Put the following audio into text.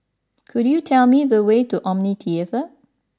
could you tell me the way to Omni Theatre